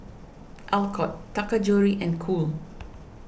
Alcott Taka Jewelry and Cool